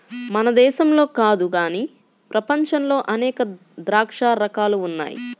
మన దేశంలో కాదు గానీ ప్రపంచంలో అనేక ద్రాక్ష రకాలు ఉన్నాయి